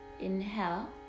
Inhale